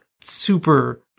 super